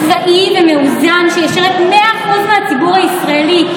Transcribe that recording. אחראי ומאוזן שישרת 100% של הציבור הישראלי,